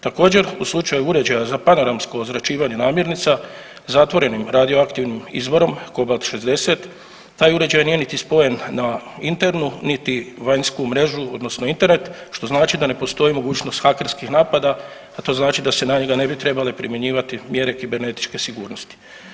Također, u slučaju uređaja za panoramsko ozračivanje namirnica, zatvorenim radioaktivnim izvorom Kobalt-60, taj uređaj nije niti spojen na internu niti na vanjsku mrežu, odnosno Internet, što znači da ne postoji mogućnost hakerskih napada, a to znači da se na njega ne bi trebale primjenjivati mjere kibernetičke sigurnosti.